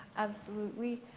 absolutely.